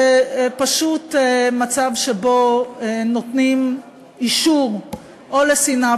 זה פשוט מצב שבו נותנים אישור או לשנאה,